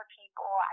people